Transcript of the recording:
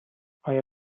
آیا